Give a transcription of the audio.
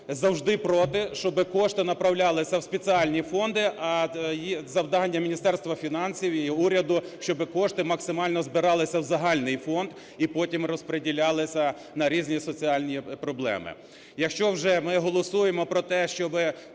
завжди проти, щоби кошти направлялися в спеціальні, а завдання Міністерства фінансів і уряду, щоби кошти максимально збиралися в загальний фонд і потім розприділялися на різні соціальні проблеми. Якщо ми вже голосуємо про те, щоби